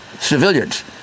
civilians